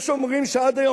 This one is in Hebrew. יש אומרים שעד היום,